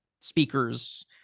speakers